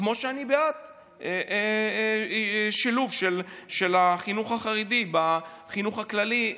כמו שאני בעד שילוב של החינוך החרדי בחינוך הכללי,